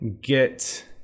get